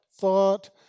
thought